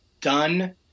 done